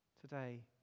Today